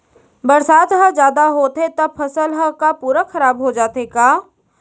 बरसात ह जादा होथे त फसल ह का पूरा खराब हो जाथे का?